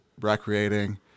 recreating